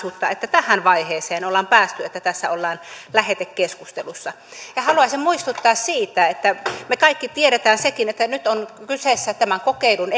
yksituumaisuutta että tähän vaiheeseen ollaan päästy että tässä ollaan lähetekeskustelussa ja haluaisin muistuttaa siitä me kaikki tiedämme senkin että nyt on kyseessä tämän kokeilun